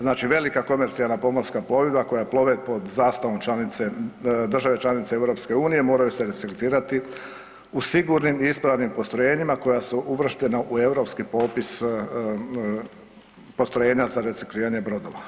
Znači velika komercijalna pomorska plovidba koja plove pod zastavom države članice EU, moraju se reciklirati u sigurnim i ispravnim postrojenjima koja su uvrštena u europski popis postrojenja za recikliranje brodova.